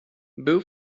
był